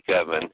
oven